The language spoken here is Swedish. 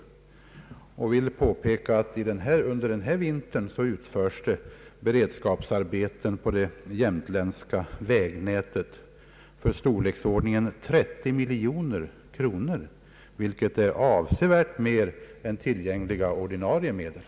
Under innevarande vinter utförs beredskapsarbeten på det jämtländska vägnätet för kostnader i storleksordningen 30 miljoner kronor, vilket är avsevärt mer än tillgängliga ordinarie medel.